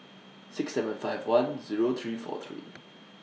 six seven five one Zero three four three